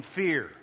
fear